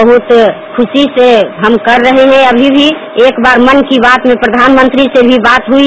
बहुत खुश से हम कर रहे हैं अभी भी एक बार मन की बात में प्रधानमंत्री से भी वात हुई